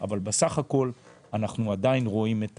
אבל בסך הכול אנחנו עדיין רואים את